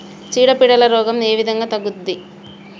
చీడ పీడల రోగం ఏ విధంగా తగ్గుద్ది?